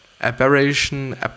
aberration